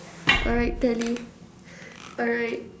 alright tally alright